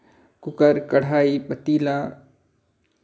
cooker कड़ाही पतीला